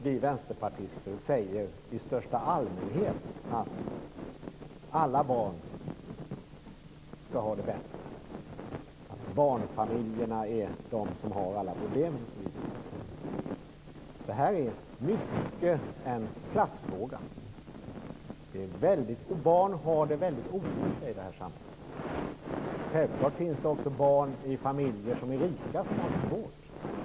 Vi vänsterpartister säger inte i största allmänhet att alla barn skall ha det bättre och att barnfamiljerna är de som har alla problemen. Det är i stor utsträckning en klassfråga. Barn har det väldigt olika i detta samhälle. Självfallet finns det också barn i familjer som är rika som har det svårt.